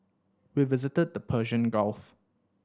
we visited the Persian Gulf